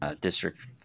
district